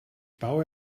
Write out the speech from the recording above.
baue